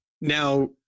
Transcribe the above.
now